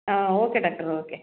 ಹಾಂ okay doctor okay